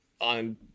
on